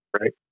Right